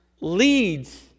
leads